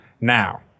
Now